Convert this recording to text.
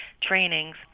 trainings